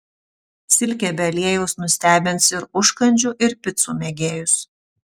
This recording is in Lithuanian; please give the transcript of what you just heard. silkė be aliejaus nustebins ir užkandžių ir picų mėgėjus